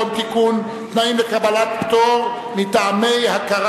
תיקון לפקודת המשטרה (השכלה גבוהה כתנאי בגיוס חוקרים למשטרה)